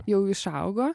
jau išaugo